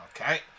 Okay